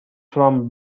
from